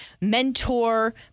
mentor